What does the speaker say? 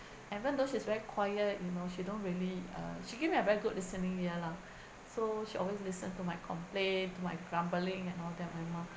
even though she's very quiet you know she don't really uh she give me a very good listening ear lah so she always listen to my complaint to my grumbling and all that my mum